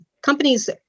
companies